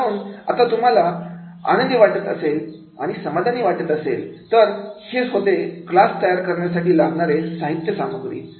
तर म्हणून आता तुम्हाला आनंदी वाटत असेल आणि समाधान वाटत असेल तर हे होते क्लास तयार करण्यासाठी लागणारे साहित्य सामग्री